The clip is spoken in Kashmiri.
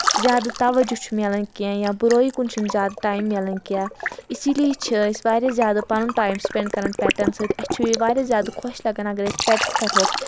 زیادٕ تَوَجہ چھُ مِلان کینٛہہ یا بُرٲیی کُن چھُنہٕ زیادٕ ٹایم مِلان کینٛہہ اسی لیے چھِ أسۍ واریاہ زیادٕ پَنُن ٹایم سپؠنٛڈ کَران پیٹَن سۭتۍ اَسہِ چھُ واریاہ زیادٕ خۄش لگان اگر أسۍ پؠٹٕس کَرہوکھ